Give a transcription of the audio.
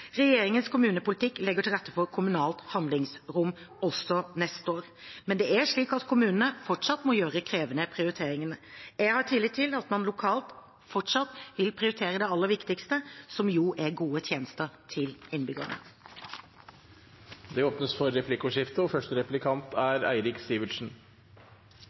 Regjeringens kommunepolitikk legger til rette for kommunalt handlingsrom, også neste år. Men det er slik at kommunene fortsatt må gjøre krevende prioriteringer. Jeg har tillit til at man lokalt fortsatt vil prioritere det aller viktigste, som er gode tjenester til innbyggerne. Det blir replikkordskifte. Det har stått sentralt i regjeringens og statsrådens argumentasjon for kommunesammenslåinger, både tvungne og